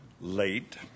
late